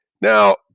Now